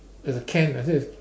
it's a can like this